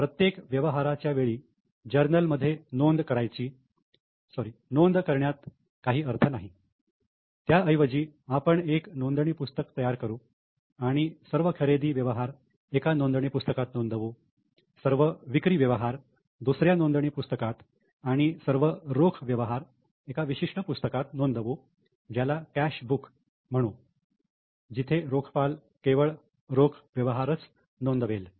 प्रत्येक व्यवहाराच्या वेळी जर्नल मध्ये नोंद करण्यात काही अर्थ नाही त्याऐवजी आपण एक नोंदणी पुस्तक तयार करू आणि सर्व खरेदी व्यवहार एका नोंदणी पुस्तकात नोंदवू सर्व विक्री व्यवहार दुसऱ्या नोंदणी पुस्तकात आणि सर्व रोख व्यवहार एका विशिष्ट पुस्तकात नोंदवू ज्याला कॅश बुक म्हणू जिथे रोख पाल केवळ रोख व्यवहारच नोंदवेल